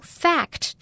fact